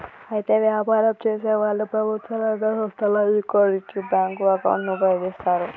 అయితే వ్యాపారం చేసేవాళ్లు ప్రభుత్వ రంగ సంస్థల యొకరిటివ్ బ్యాంకు అకౌంటును ఉపయోగిస్తారు